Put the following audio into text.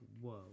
whoa